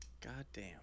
Goddamn